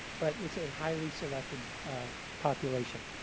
but it's a highly selected population.